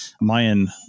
Mayan